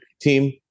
team